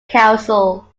council